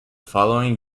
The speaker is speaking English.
following